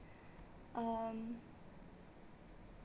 um